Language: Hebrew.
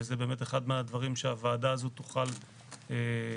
וזה באמת אחד מהדברים שהוועדה הזאת תוכל להעלות